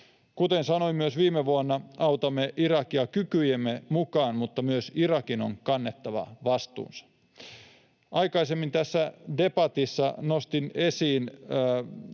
Kuten sanoin myös viime vuonna, autamme Irakia kykyjemme mukaan, mutta myös Irakin on kannettava vastuunsa. Aikaisemmin tässä debatissa nostin esiin